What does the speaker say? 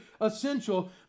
essential